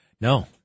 No